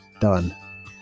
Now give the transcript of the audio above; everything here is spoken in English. Done